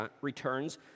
returns